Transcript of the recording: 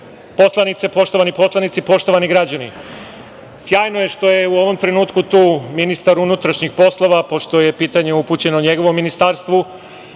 poslanice, poštovani poslanici, poštovani građani, sjajno je, što je u ovom trenutku tu ministar unutrašnjih poslova, pošto je pitanje upućeno njegovom ministarstvu. Dakle,